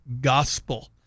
gospel